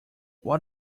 what